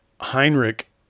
Heinrich